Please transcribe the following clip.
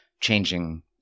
changing